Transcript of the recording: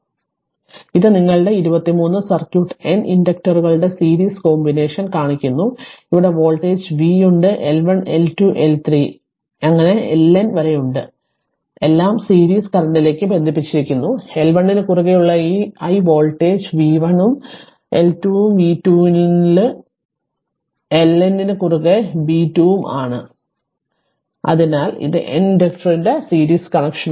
അതിനാൽ ഇത് നിങ്ങളുടെ 23 സർക്യൂട്ട് N ഇൻഡക്ടറുകളുടെ സീരീസ് കോമ്പിനേഷൻ കാണിക്കുന്നു ഇവിടെ വോൾട്ടേജ് V ഉണ്ട് L 1 L 2 L 3 എല്ലാം L N വരെയാണ് എല്ലാം സീരീസ് കറന്റിലേക്ക് ബന്ധിപ്പിച്ചിരിക്കുന്നു L 1 ന് കുറുകെയുള്ള ഈ i വോൾട്ടേജ് v 1 ഉം L 2 v 2 ൽ LN ന് കുറുകെ b 2 ഉം ആണ് അതിനാൽ ഇത് N ഇൻഡക്ടറിന്റെ സീരീസ് കണക്ഷനാണ്